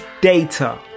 Data